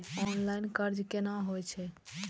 Online कर्ज केना होई छै?